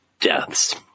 deaths